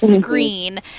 screen